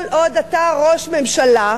כל עוד אתה ראש ממשלה,